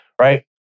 Right